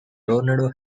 tornado